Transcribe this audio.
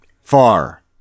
far